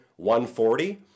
140